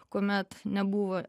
kuomet nebuvo